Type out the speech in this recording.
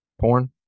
Porn